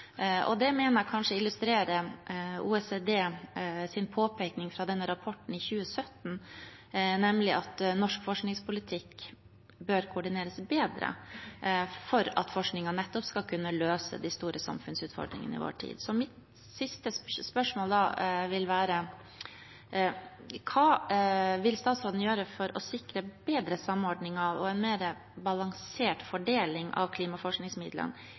mener jeg kanskje illustrerer OECDs påpekning fra denne rapporten i 2017, nemlig at norsk forskningspolitikk bør koordineres bedre for at forskningen nettopp skal kunne løse de store samfunnsutfordringene i vår tid. Mitt siste spørsmål vil da være: Hva vil statsråden gjøre for å sikre bedre samordning av og en mer balansert fordeling av klimaforskningsmidlene